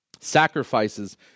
Sacrifices